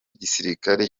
igisirikare